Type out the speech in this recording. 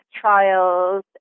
trials